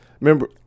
Remember